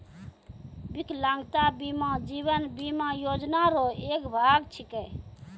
बिकलांगता बीमा जीवन बीमा योजना रो एक भाग छिकै